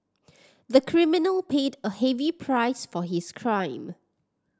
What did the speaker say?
the criminal paid a heavy price for his crime